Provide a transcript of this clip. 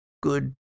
good